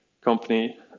company